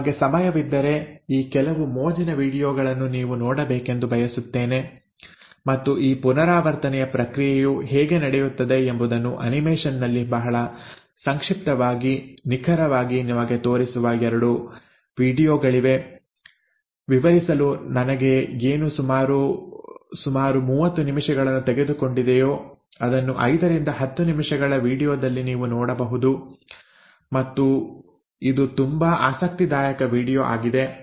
ನಿಮಗೆ ಸಮಯವಿದ್ದರೆ ಈ ಕೆಲವು ಮೋಜಿನ ವೀಡಿಯೊಗಳನ್ನು ನೀವು ನೋಡಬೇಕೆಂದು ಬಯಸುತ್ತೇನೆ ಮತ್ತು ಈ ಪುನರಾವರ್ತನೆಯ ಪ್ರಕ್ರಿಯೆಯು ಹೇಗೆ ನಡೆಯುತ್ತದೆ ಎಂಬುದನ್ನು ಅನಿಮೇಷನ್ನಲ್ಲಿ ಬಹಳ ಸಂಕ್ಷಿಪ್ತವಾಗಿ ನಿಖರವಾಗಿ ನಿಮಗೆ ತೋರಿಸುವ 2 ವೀಡಿಯೊಗಳಿವೆ ವಿವರಿಸಲು ನನಗೆ ಏನು ಸುಮಾರು ಸುಮಾರು 30 ನಿಮಿಷಗಳನ್ನು ತೆಗೆದುಕೊಂಡಿದೆಯೋ ಅದನ್ನು 5ರಿಂದ 10 ನಿಮಿಷಗಳ ವೀಡಿಯೊದಲ್ಲಿ ನೀವು ನೋಡಬಹುದು ಮತ್ತು ಇದು ತುಂಬಾ ಆಸಕ್ತಿದಾಯಕ ವೀಡಿಯೊ ಆಗಿದೆ